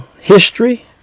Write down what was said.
history